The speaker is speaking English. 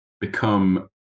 become